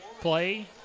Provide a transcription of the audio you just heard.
play